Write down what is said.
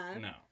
No